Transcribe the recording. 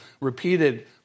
repeated